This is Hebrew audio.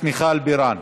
בירן,